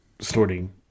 sorting